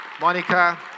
Monica